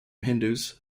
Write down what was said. hindus